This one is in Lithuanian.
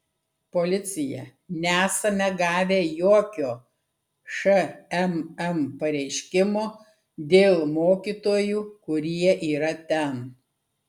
policija nesame gavę jokio šmm pareiškimo dėl mokytojų kurie yra ten